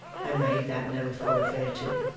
and made that no throughfare too.